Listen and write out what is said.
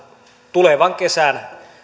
tulevan kesän